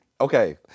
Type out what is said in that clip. okay